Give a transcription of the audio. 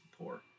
poor